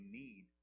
need